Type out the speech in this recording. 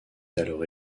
alors